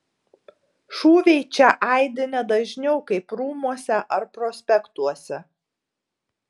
šūviai čia aidi ne dažniau kaip rūmuose ar prospektuose